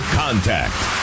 contact